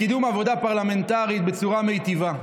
לקידום עבודה פרלמנטרית בצורה מיטיבה.